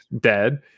dead